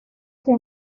que